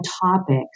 topics